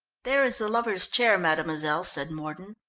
there is the lovers' chair, mademoiselle, said mordon.